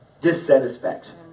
dissatisfaction